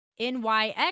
NYX